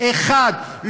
אחד,